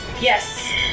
Yes